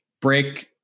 break